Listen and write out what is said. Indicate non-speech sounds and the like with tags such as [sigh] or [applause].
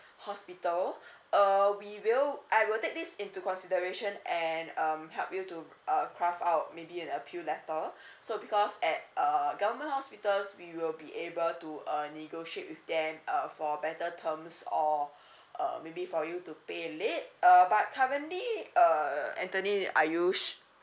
hospital uh we will I will take this into consideration and um help you to uh craft out maybe an appeal letter [breath] so because at uh hospitals we will be able to uh negotiate with them uh for better terms or [breath] uh maybe for you to pay late uh but currently uh anthony are you